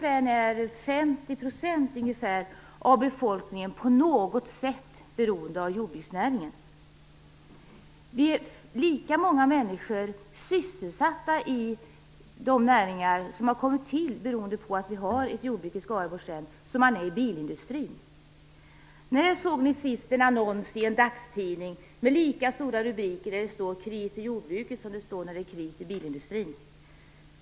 Där är 50 % av befolkningen på något sätt beroende av jordbruksnäringen. Det är lika många människor sysselsatta i de näringar som har kommit till som det är inom bildindustrin. När såg ni sist en annons i en dagstidning med lika stora rubriker där det står "Kris i Jordbruket" som det står när det är kris i bildindustrin?